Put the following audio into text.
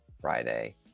friday